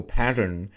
pattern